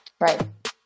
Right